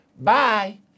Bye